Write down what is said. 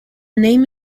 name